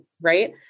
Right